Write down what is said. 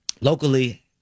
locally